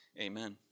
Amen